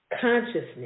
consciousness